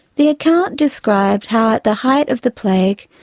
the account described how at the height of the plague,